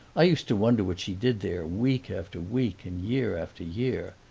i used to wonder what she did there week after week and year after year.